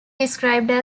described